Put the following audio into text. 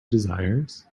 desires